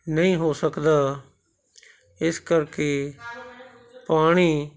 ਨਹੀਂ ਹੋ ਸਕਦਾ ਇਸ ਕਰਕੇ ਪਾਣੀ